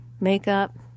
makeup